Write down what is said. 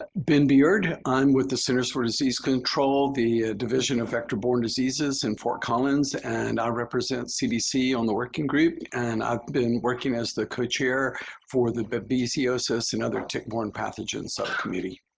ben beard. i'm with the centers for disease control, the division of vector-borne diseases in fort collins. and i'll represent cdc on the working group and i've been working as the co-chair for the babesiosis and other tick borne pathogen subcommittee.